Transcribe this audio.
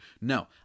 No